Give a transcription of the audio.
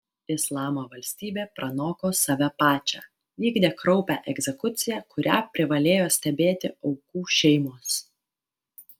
islamo valstybė pranoko save pačią vykdė kraupią egzekuciją kurią privalėjo stebėti aukų šeimos